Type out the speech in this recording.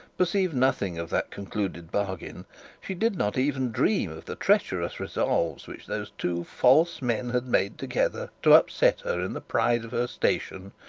perceived nothing of that concluded bargain she did not even dream of the treacherous resolves which those two false men had made together to upset her in the pride of her station,